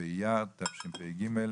באייר התשפ"ג,